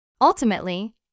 Ultimately